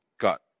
got